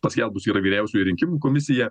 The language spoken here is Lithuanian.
paskelbusyra vyriausioji rinkimų komisija